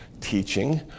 teaching